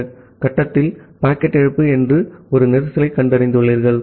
இந்த கட்டத்தில் பாக்கெட் இழப்பு என்று ஒரு கஞ்சேஸ்ன்க் கண்டறிந்துள்ளீர்கள்